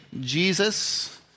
Jesus